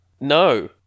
No